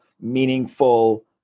meaningful